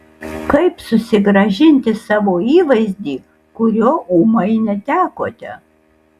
kaip susigrąžinti savo įvaizdį kurio ūmai netekote